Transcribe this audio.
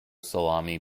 salami